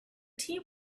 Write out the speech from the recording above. tea